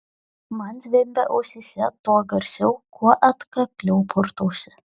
man zvimbia ausyse tuo garsiau kuo atkakliau purtausi